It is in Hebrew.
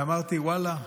אמרתי: ואללה,